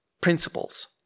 principles